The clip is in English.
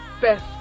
best